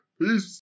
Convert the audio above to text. Peace